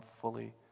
fully